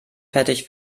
fertig